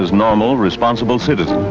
as normal responsible citizen